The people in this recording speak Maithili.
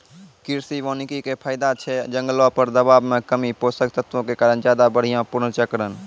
कृषि वानिकी के फायदा छै जंगलो पर दबाब मे कमी, पोषक तत्वो के ज्यादा बढ़िया पुनर्चक्रण